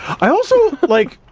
i also like